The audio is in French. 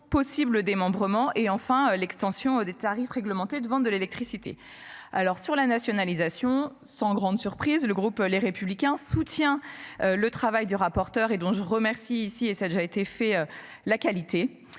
possible démembrement et enfin l'extension des tarifs réglementés de vente de l'électricité. Alors sur la nationalisation, sans grande surprise, le groupe Les Républicains soutient le travail du rapporteur et dont je remercie ici et ça a déjà été fait la qualité.